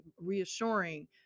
reassuring